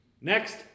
Next